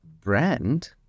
brand